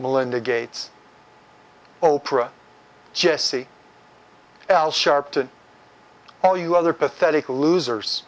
melinda gates oprah jesse al sharpton all you other pathetic losers